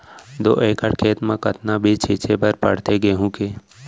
दो एकड़ खेत म कतना बीज छिंचे बर पड़थे गेहूँ के?